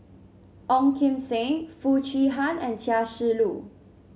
Ong Kim Seng Foo Chee Han and Chia Shi Lu